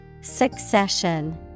Succession